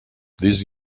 this